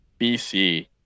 BC